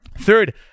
Third